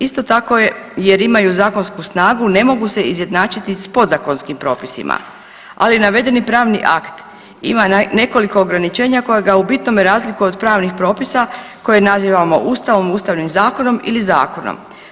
Isto tako jer imaju zakonsku snagu ne mogu se izjednačiti s podzakonskim propisima, ali navedeni pravni akt ima nekoliko ograničenja koja ga u bitnome razlikuju od pravnih propisa koje nazivam Ustavom, Ustavnim zakonom ili zakonom.